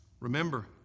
Remember